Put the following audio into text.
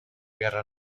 guerra